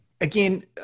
Again